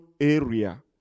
area